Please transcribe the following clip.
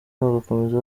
bagakomeza